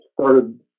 started